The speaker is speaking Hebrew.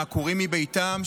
העקורים מביתם,